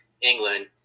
England